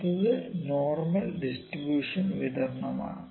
അടുത്തത് normal distribution വിതരണമാണ്